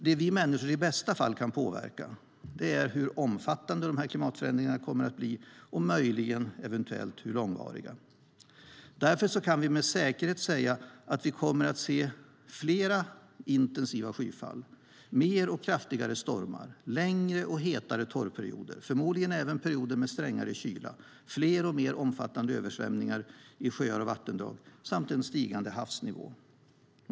Det vi människor i bästa fall kan påverka är hur omfattande klimatförändringarna blir och möjligen hur långvariga. Därför kan vi med säkerhet säga att vi kommer att se fler intensiva skyfall, mer och kraftigare stormar, längre och hetare torrperioder och förmodligen även perioder med strängare kyla, fler och mer omfattande översvämningar i sjöar och vattendrag samt en stigande havsnivå.